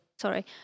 sorry